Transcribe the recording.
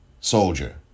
soldier